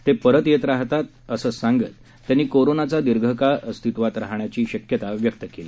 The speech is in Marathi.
ते परत येत राहतात असं सांगत त्यांनी कोरोनाचा दीर्घकाळ अस्तित्वात राहण्याची शक्यता व्यक्त केली